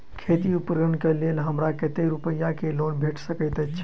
खेती उपकरण केँ लेल हमरा कतेक रूपया केँ लोन भेटि सकैत अछि?